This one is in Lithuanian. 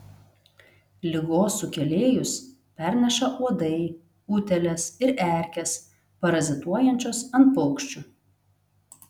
ligos sukėlėjus perneša uodai utėlės ir erkės parazituojančios ant paukščių